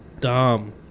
dumb